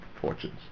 fortunes